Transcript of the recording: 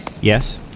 Yes